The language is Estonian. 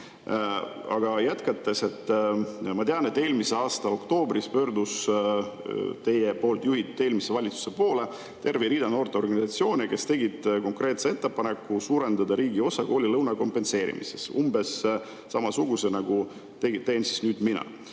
Aga jätkates, ma tean, et eelmise aasta oktoobris pöördus teie juhitud eelmise valitsuse poole terve rida noorteorganisatsioone, kes tegid konkreetse ettepaneku suurendada riigi osa koolilõuna kompenseerimises, umbes samasuguse, nagu teen nüüd mina.